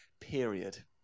period